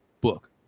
book